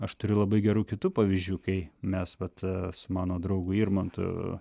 aš turiu labai gerų kitų pavyzdžių kai mes vat su mano draugu irmantu